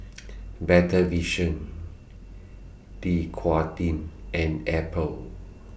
Better Vision Dequadin and Apple